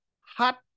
hot